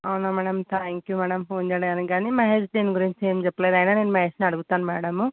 అవునా madam thank you madam phone చేయడానికి గానీ మహేష్ దీని గురించి ఏం చెప్పలేదు అయినా నేను మహేష్ని అడుగుతాను మ్యాడము